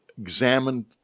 examined